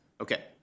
Okay